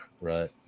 Right